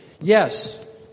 Yes